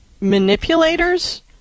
manipulators